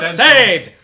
saved